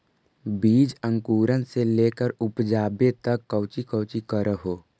बीज अंकुरण से लेकर उपजाबे तक कौची कौची कर हो?